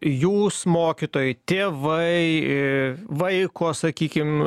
jūs mokytojai tėvai vaiko sakykim